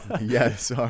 yes